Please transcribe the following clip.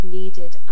needed